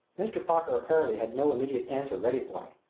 mr. parker apparently had no immediate answer ready for me.